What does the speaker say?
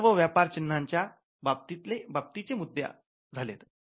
हे सर्व व्यापार चिन्हाच्या बाबतीतचे मुद्दे झालेत